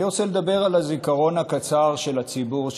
אני רוצה לדבר על הזיכרון הקצר של הציבור,